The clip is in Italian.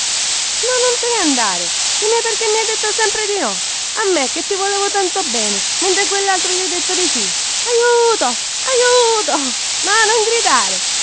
non te ne andare dimmi perchè mi hai detto sempre di no a me che ti volevo tanto bene mentre a quellaltro gli hai detto di sì aiuto aiuto no non gridare